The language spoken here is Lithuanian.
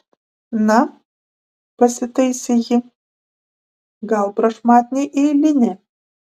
na pasitaisė ji gal prašmatniai eilinė